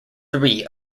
three